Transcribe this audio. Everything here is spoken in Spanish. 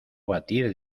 batir